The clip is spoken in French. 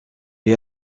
est